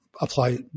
apply